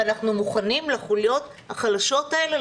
ואנחנו מוכנים לחזק ולשמור על החוליות החלשות האלה,